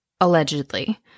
Allegedly